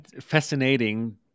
fascinating